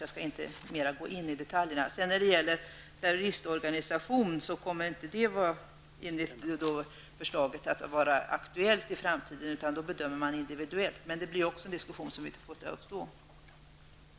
Enligt det framlagda förslaget kommer begreppet terroristorganisation inte att vara aktuellt i framtiden, utan man gör individuella bedömningar av de brott som begås. Det är också något som vi får tillfälle att diskutera senare.